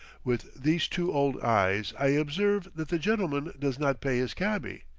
with these two old eyes i observe that the gentleman does not pay his cabby.